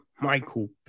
Michael